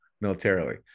militarily